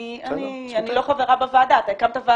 אתה, עם כל הכבוד, אל תחלק לי ציונים.